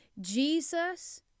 Jesus